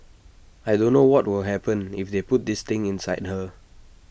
I don't know what will happen if they put this thing inside her